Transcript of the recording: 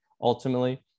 ultimately